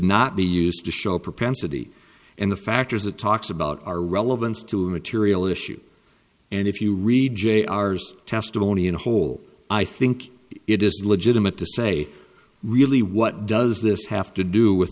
not be used to show a propensity in the factors that talks about our relevance to material issues and if you read jr's testimony in whole i think it is legitimate to say really what does this have to do with